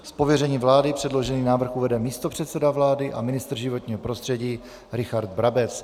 Z pověření vlády předložený návrh uvede místopředseda vlády a ministr životního prostředí Richard Brabec.